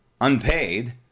unpaid